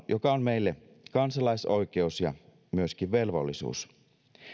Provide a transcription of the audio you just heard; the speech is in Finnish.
joka on meille kansalaisoikeus ja myöskin velvollisuus